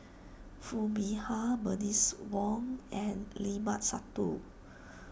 Foo Mee Har Bernice Wong and Limat Sabtu